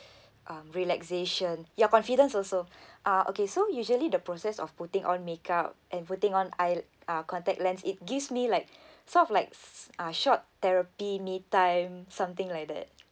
um relaxation ya confidence also uh okay so usually the process of putting on make up and putting on eye uh contact lens it gives me like sort of like s~ uh short therapy me time something like that